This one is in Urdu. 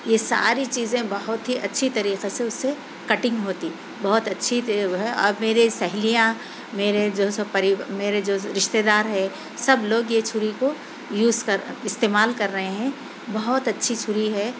یہ ساری چیزیں بہت ہی اچھی طریقے سے اُس سے کٹنگ ہوتی بہت اچھی تیز ہے اور میرے سہیلیاں میرے جوسو میرے جو رشتے دار ہے سب لوگ یہ چھری کو یوز کر استعمال کر رہے ہیں بہت اچھی چھری ہے